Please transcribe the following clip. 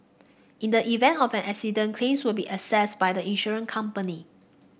in the event of an accident claim will be assessed by the insurance company